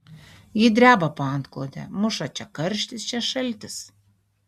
ji dreba po antklode muša čia karštis čia šaltis